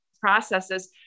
processes